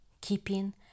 keeping